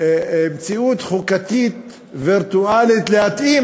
למצוא מציאות חוקתית וירטואלית להתאים